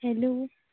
hello